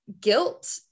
guilt